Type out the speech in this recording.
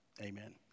Amen